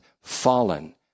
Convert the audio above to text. fallen